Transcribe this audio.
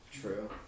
True